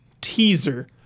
teaser